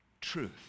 truth